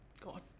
God